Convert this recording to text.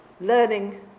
learning